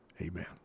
Amen